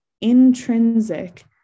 intrinsic